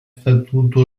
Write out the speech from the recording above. statuto